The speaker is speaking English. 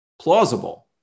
plausible